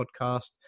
podcast